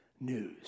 news